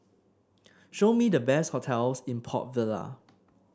show me the best hotels in Port Vila